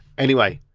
anyway,